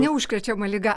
neužkrečiama liga